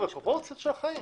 חבר'ה, פרופורציות של החיים.